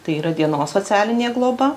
tai yra dienos socialinė globa